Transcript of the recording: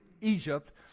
Egypt